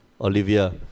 Olivia